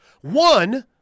One